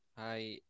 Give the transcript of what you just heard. Hi